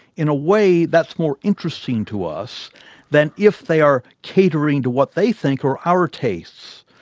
in a way that's more interesting to us than if they are catering to what they think are our tastes.